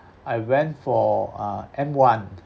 I went for a uh M_ one